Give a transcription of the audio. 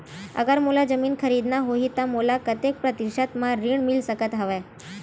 अगर मोला जमीन खरीदना होही त मोला कतेक प्रतिशत म ऋण मिल सकत हवय?